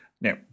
Now